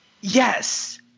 Yes